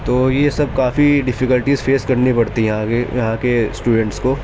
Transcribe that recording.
تو یہ سب کافی ڈفیکلٹیز فیس کرنی پڑتی ہیں آگے یہاں کے اسٹوڈنٹس کو